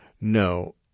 No